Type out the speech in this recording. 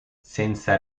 senza